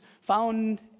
found